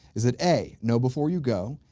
is it a, know before you go,